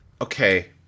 Okay